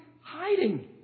hiding